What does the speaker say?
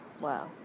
Wow